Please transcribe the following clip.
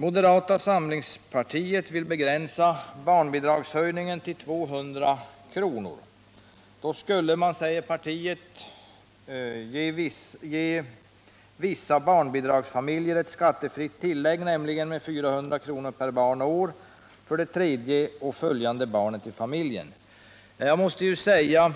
Moderata samlingspartiet vill begränsa barnbidragshöjningen till 200 kr. Då skulle man, säger partiet, ”ge vissa barnbidragsfamiljer ett skattefritt tillägg, nämligen med 400 kr. per barn och år för det tredje och följande barnen i familjen”. Men jag måste säga,